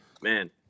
man